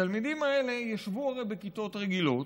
התלמידים האלה ישבו הרי בכיתות רגילות,